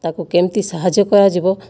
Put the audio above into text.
ତାକୁ କେମିତି ସାହାଯ୍ୟ କରାଯିବ